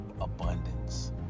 abundance